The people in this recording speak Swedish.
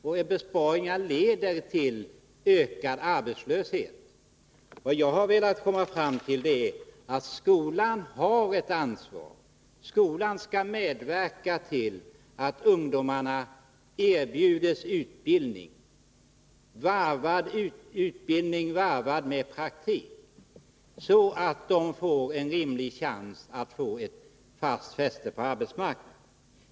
Men besparingar leder till ökad arbetslöshet. Vad jag har velat komma fram till är att skolan har ett ansvar. Skolan skall medverka till att ungdomarna erbjuds utbildning varvad med praktik, så att de får en rimlig chans att få fäste på arbetsmarknaden.